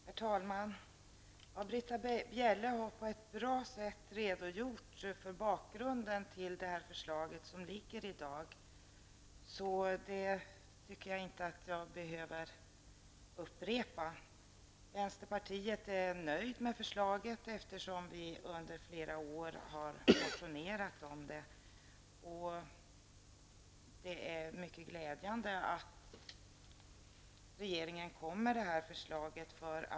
Herr talman! Britta Bjelle har på ett bra sätt redogjort för bakgrunden till det förslag som i dag ligger på riksdagens bord. Därför tycker jag inte att jag behöver upprepa någonting. Vänsterpartiet är nöjt med förslaget, eftersom vi under flera år har motionerat om det. Det är mycket glädjande att regeringen kom med förslaget.